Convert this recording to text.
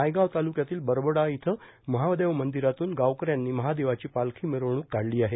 नायगाव तालुक्यातील बरबडा इथ महादेव मंदिरातुन गावकऱ्यांनी महादेवाची पालखी मिरवणूक काढली आहे